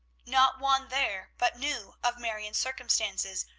not one there but knew of marion's circumstances,